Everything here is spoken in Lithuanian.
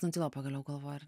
nutilo pagaliau galvoj ar